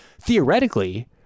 theoretically